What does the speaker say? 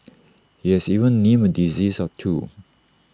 he has even named A disease or two